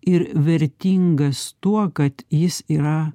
ir vertingas tuo kad jis yra